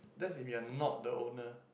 that's if you're not the owner